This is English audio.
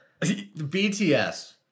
BTS